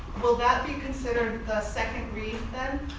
will that be considered the second read then?